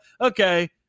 okay